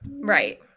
Right